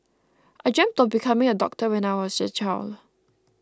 I dreamt of becoming a doctor when I was a child